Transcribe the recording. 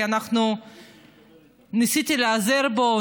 כי ניסיתי להיעזר בו,